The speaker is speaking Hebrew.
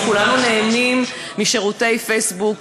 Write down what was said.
כולנו נהנים משירותי פייסבוק,